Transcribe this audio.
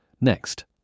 Next